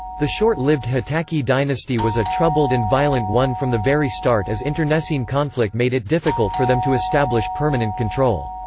the short lived hotaki dynasty was a troubled and violent one from the very start as internecine conflict made it difficult for them to establish permanent control.